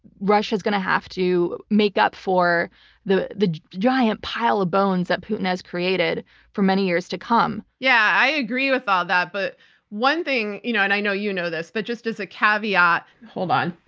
russia is going to have to make up for the the giant pile of bones that putin has created for many years to come. yeah, i agree with all that, but one thing you know and i know you know this, but just as a caveat hold on.